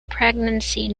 pregnancy